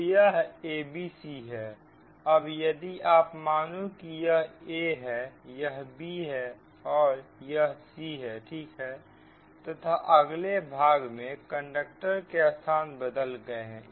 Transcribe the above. तो यह a b c है अब यदि आप मानो की यह a है यह b है यह c है ठीक है तथा अगले भाग में कंडक्टर के स्थान बदल गए हैं